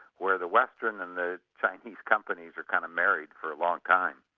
where the western and the chinese companies are kind of married for a long time.